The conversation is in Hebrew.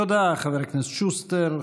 תודה, חבר הכנסת שוסטר.